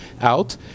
out